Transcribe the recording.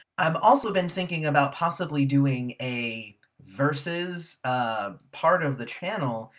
i've also been thinking about possibly doing a versus ah part of the channel,